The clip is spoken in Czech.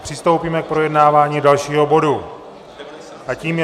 Přistoupíme k projednávání dalšího bodu a tím je